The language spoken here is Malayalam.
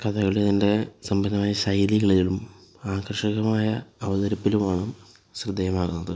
കഥകളി അതിന്റെ സമ്പന്നമായ ശൈലികളെയും ആകർഷകമായ അവതരിപ്പിലുമാണ് ശ്രദ്ധേയമാകുന്നത്